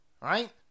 Right